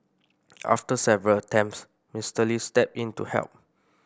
after several attempts Mister Lee stepped in to help